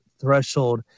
threshold